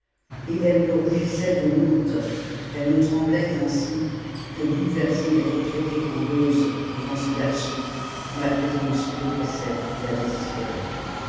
et elle ne rougissait de honte elle ne tremblait ainsi que bouleversée d'être traitée en gueuse devant ce garçon dont la présence l'oppressait et la désespérait